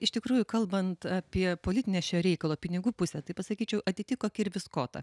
iš tikrųjų kalbant apie politinę šio reikalo pinigų pusę tai pasakyčiau atitiko kirvis kotą